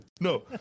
No